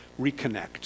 reconnect